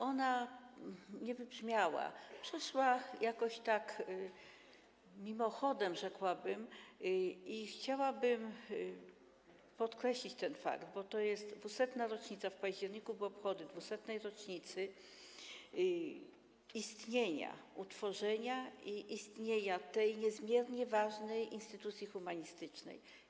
Ona nie wybrzmiała, przeszła jakoś tak mimochodem, rzekłabym, i chciałabym podkreślić ten fakt, bo to jest 200. rocznica, w październiku były obchody 200. rocznicy utworzenia i istnienia tej niezmiernie ważnej instytucji humanistycznej.